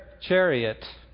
chariot